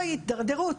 אוי התדרדרות,